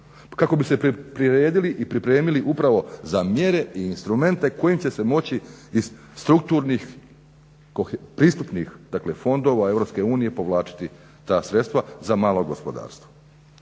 kako bi se priredili i pripremili upravo za mjere i instrumente kojim će se moći iz strukturnih, pristupnih fondova EU povlačiti ta sredstva za malo gospodarstvo.